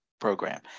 program